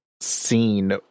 scene